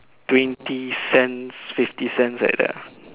twenty cents fifty cents like that lah